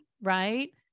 right